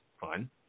fun